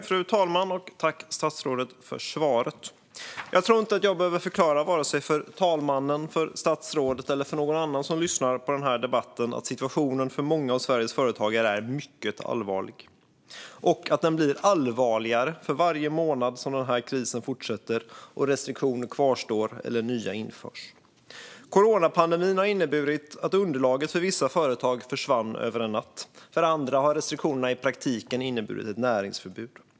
Fru talman! Tack, statsrådet, för svaret! Jag tror inte att jag behöver förklara vare sig för talmannen, för statsrådet eller för någon annan som lyssnar på denna debatt att situationen för många av Sveriges företagare är mycket allvarlig och att den blir allvarligare för varje månad som denna kris fortsätter och restriktioner kvarstår eller nya införs. Coronapandemin har inneburit att underlaget för vissa företag försvann över en natt. För andra har restriktionerna i praktiken inneburit näringsförbud.